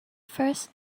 first